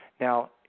Now